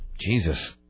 Jesus